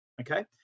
Okay